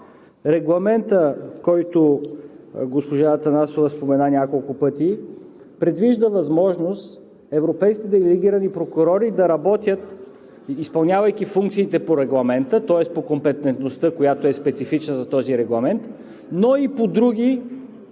Регламентът, който госпожа Атанасова спомена няколко пъти, предвижда възможност европейските делегирани прокурори да работят, изпълнявайки функциите по Регламента, тоест по компетентността, която е специфична за този регламент, но и по други